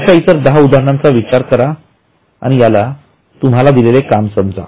अश्या इतर दहा उदाहरणांचा विचार करा याला तुमचे दिलेले काम समजा